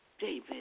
David